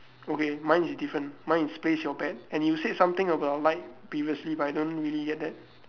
okay mine is different mine is place your bet and you said something about light previously but I don't really get that